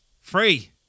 free